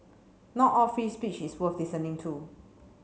not all free speech is worth listening to